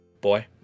boy